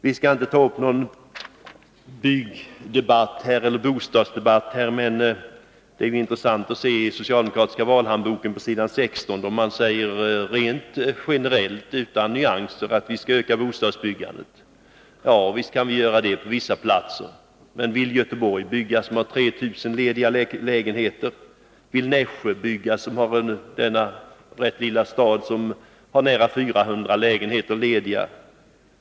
Vi skall inte ta upp någon bostadsdebatt här, men det är intressant att läsa den socialdemokratiska valhandboken, där det på s. 16 rent generellt, utan nyanser, sägs att vi skall öka bostadsbyggandet. Ja, visst skall vi göra det på vissa platser. Men vill man bygga i Göteborg som har 3000 lediga lägenheter? Vill man i Nässjö bygga en villastad, när man har nära 400 lägenheter lediga?